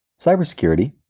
cybersecurity